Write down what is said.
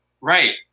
Right